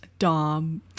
Dom